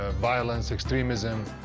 ah violence, extremism,